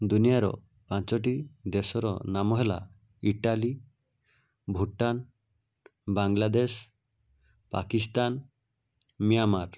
ଦୁନିଆର ପାଞ୍ଚୋଟି ଦେଶର ନାମ ହେଲା ଇଟାଲି ଭୁଟାନ ବାଂଲାଦେଶ ପାକିସ୍ତାନ ମିଆଁମାର